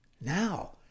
now